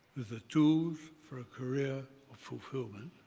with the tools for a career of fulfilment.